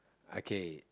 are K